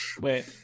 Wait